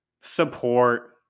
support